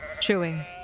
Chewing